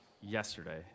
yesterday